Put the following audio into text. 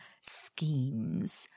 schemes